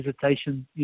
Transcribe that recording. hesitation